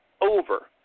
over